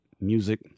music